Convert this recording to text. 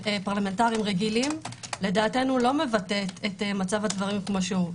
פרלמנטריים רגילים לא מבטא לדעתנו את מצב הדברים כפי שהוא.